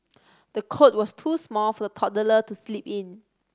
the cot was too small for the toddler to sleep in